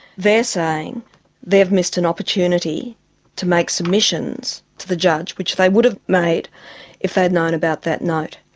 they are saying they have missed an opportunity to make submissions to the judge, which they would have made if they had known about that note.